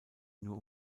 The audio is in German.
nur